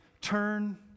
Turn